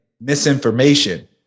misinformation